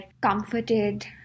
comforted